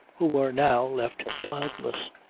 who were now left childless.